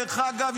דרך אגב,